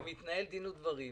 מתנהל דין ודברים,